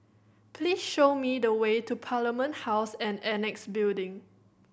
please show me the way to Parliament House and Annexe Building